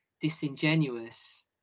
disingenuous